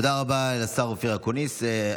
תודה רבה לשר אופיר אקוניס.